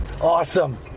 awesome